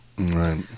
Right